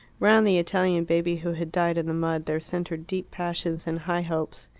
round the italian baby who had died in the mud there centred deep passions and high hopes.